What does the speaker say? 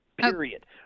Period